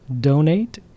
donate